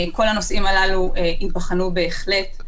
כל הנושאים הללו ייבחנו, בהחלט.